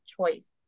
choice